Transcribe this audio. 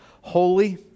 holy